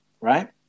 Right